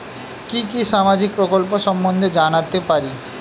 কি কি সামাজিক প্রকল্প সম্বন্ধে জানাতে পারি?